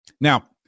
Now